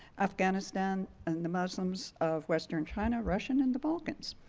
afghanistan and the muslims of western china, russia and and the balkans.